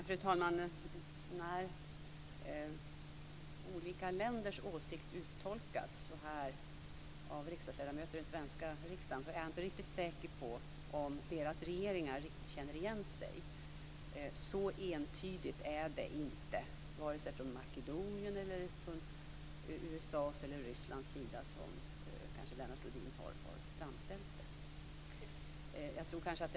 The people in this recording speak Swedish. Fru talman! När olika länders åsikter uttolkas så här av ledamöter i svenska riksdagen är jag inte riktigt säker på att deras regeringar riktigt känner igen sig. Så entydigt är det inte, vare sig från Makedoniens, USA:s eller Rysslands sida, som Lennart Rohdin kanske har framställt det.